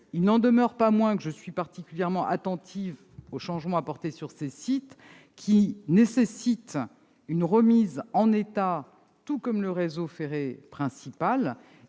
Il n'en demeure pas moins que je suis particulièrement attentive aux changements apportés sur ces sites, qui ont besoin d'être remis en état, tout comme le réseau ferré principal.